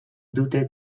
dute